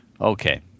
Okay